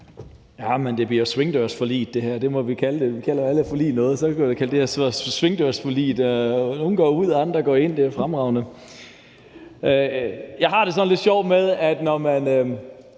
Det her bliver et svingdørsforlig – det må vi kalde det. Vi kalder alle forlig noget, og så kan vi jo kalde det her for svingdørsforliget. Nogle går ud, og andre kommer ind – det er jo fremragende. Jeg har det lidt sjovt med, at man